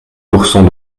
pourcent